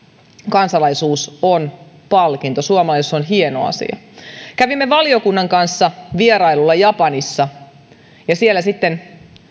kansalaisuus on palkinto suomalaisuus on hieno asia kävimme valiokunnan kanssa vierailulla japanissa ja siellä sitten